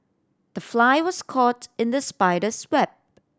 the fly was caught in the spider's web